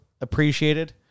appreciated